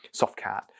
Softcat